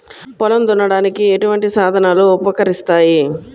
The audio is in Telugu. పొలం దున్నడానికి ఎటువంటి సాధనలు ఉపకరిస్తాయి?